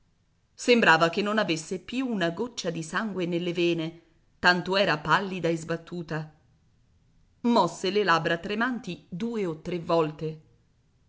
sembrava che non avesse più una goccia di sangue nelle vene tanto era pallida e sbattuta mosse le labbra tremanti due o tre volte